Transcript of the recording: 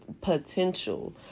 potential